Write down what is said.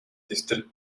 дэвтэр